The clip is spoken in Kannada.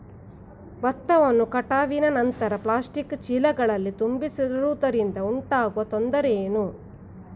ಭತ್ತವನ್ನು ಕಟಾವಿನ ನಂತರ ಪ್ಲಾಸ್ಟಿಕ್ ಚೀಲಗಳಲ್ಲಿ ತುಂಬಿಸಿಡುವುದರಿಂದ ಉಂಟಾಗುವ ತೊಂದರೆ ಏನು?